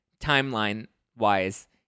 timeline-wise